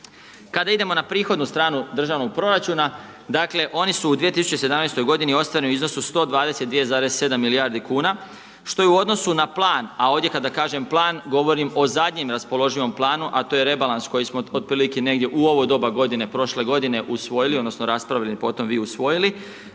Kada idemo na prihodnu st ranu državnog proračuna, dakle, oni su ¸u 2017. g. ostvareni u iznosu 122,7 milijardi kn, što je u odnosu na plan, a ovdje kada kažem plan, govorim o zadnjem raspoloživom planu, a to je rebalans koji smo otprilike negdje u ovo doba g. prošle g. usvojili odnosno, raspravili potom, vi usvojili,